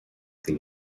the